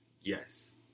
Yes